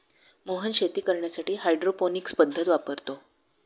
मोहन शेती करण्यासाठी हायड्रोपोनिक्स पद्धत वापरतो